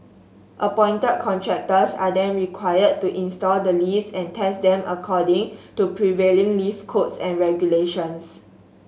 appointed contractors are then required to install the lifts and test them according to prevailing lift codes and regulations